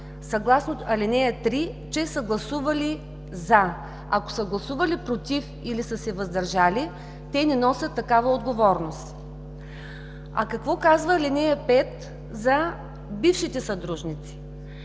съгласно ал. 3, че са гласували „за“. Ако са гласували „против“ или са се въздържали, те не носят такава отговорност. А какво казва ал. 5 за бившите съдружници?